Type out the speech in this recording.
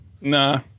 Nah